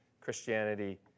Christianity